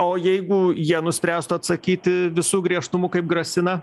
o jeigu jie nuspręstų atsakyti visu griežtumu kaip grasina